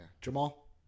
Jamal